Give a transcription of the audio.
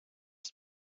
phd